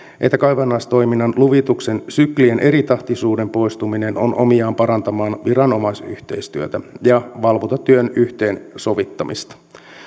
että kaivannaistoiminnan luvituksen syklien eritahtisuuden poistuminen on omiaan parantamaan viranomaisyhteistyötä ja valvontatyön yhteensovittamista